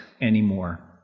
anymore